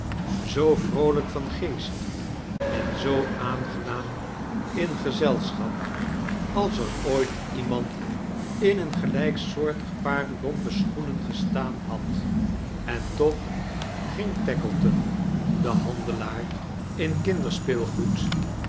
zoo vroolijk van geest en zoo aangenaam in gezelsohap als er ooit iemaad in een gelrjksoortdg paar lompe sehoenen gestaan had en tooh ging tackleton de handetear in kinderspeelgoed